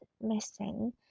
missing